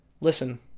Listen